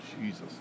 Jesus